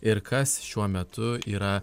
ir kas šiuo metu yra